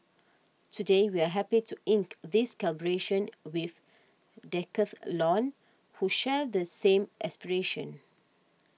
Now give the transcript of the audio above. today we are happy to ink this collaboration with Decathlon who share the same aspiration